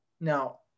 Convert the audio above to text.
now